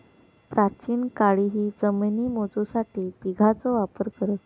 प्राचीन काळीही जमिनी मोजूसाठी बिघाचो वापर करत